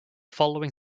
following